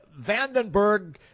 Vandenberg